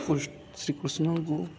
କୃ ଶ୍ରୀକୃଷ୍ଣଙ୍କୁ